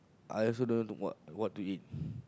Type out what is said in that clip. I also don't know to what what to eat